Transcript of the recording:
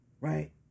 Right